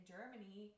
Germany